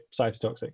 cytotoxic